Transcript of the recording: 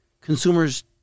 consumers